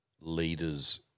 leaders